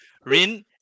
Rin